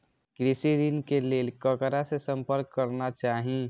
कृषि ऋण के लेल ककरा से संपर्क करना चाही?